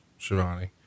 shivani